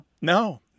No